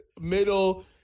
middle